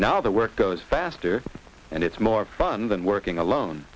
now the work goes faster and it's more fun than working alone